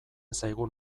zaigun